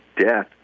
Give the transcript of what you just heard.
death